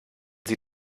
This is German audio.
sie